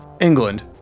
England